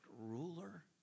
ruler